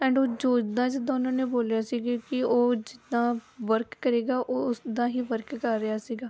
and ਉਹ ਜੋ ਜਿੱਦਾਂ ਜਿੱਦਾਂ ਉਹਨਾਂ ਨੇ ਬੋਲਿਆ ਸੀ ਕਿ ਕਿ ਉਹ ਜਿੱਦਾਂ ਵਰਕ ਕਰੇਗਾ ਉਸਦਾ ਹੀ ਵਰਕ ਕਰ ਰਿਹਾ ਸੀਗਾ